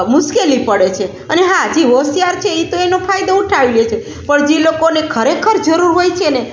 મુશ્કેલી પડે છે અને હા જે હોશિયાર છે એ તો એનો ફાયદો ઉઠાવી લે છે પણ જી લોકોને ખરેખર જરૂર હોય છે ને